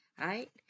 right